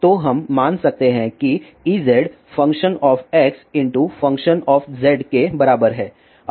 तो हम मान सकते हैं कि Ez function of x function of z के बराबर है